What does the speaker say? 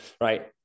Right